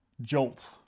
jolt